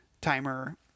timer